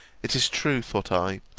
it is true, thought i,